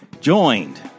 joined